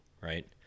right